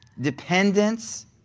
Dependence